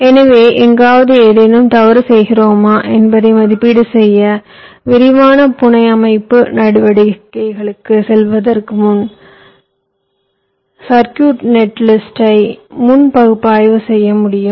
எனவே எங்காவது ஏதேனும் தவறு செய்கிறோமா என்பதை மதிப்பீடு செய்ய விரிவான புனையமைப்பு நடவடிக்கைகளுக்குச் செல்வதற்கு முன் சுற்று நிகர பட்டியலை முன் பகுப்பாய்வு செய்ய முடியும்